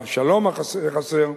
"השלום החסר"